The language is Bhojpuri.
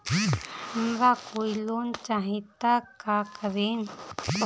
हमरा कोई लोन चाही त का करेम?